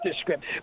script